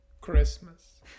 christmas